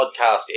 podcast